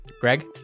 Greg